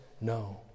No